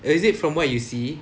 err is it from what you see